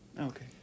Okay